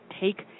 take –